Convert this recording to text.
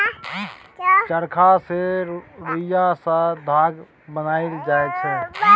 चरखा सँ रुइया सँ धागा बनाएल जाइ छै